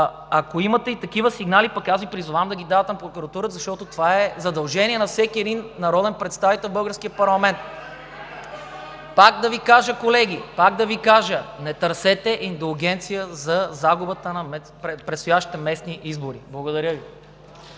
ако имате такива сигнали, аз Ви призовавам да ги давате на прокуратурата, защото това е задължение на всеки един народен представител в българския парламент! (Шум и реплики от „БСП за България“.) Пак да Ви кажа, колеги. Пак да Ви кажа! Не търсете индулгенция за загубата на предстоящите местни избори. Благодаря Ви.